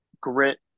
grit